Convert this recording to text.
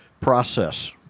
process